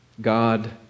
God